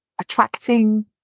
attracting